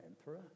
Emperor